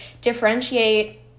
differentiate